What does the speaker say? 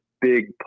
big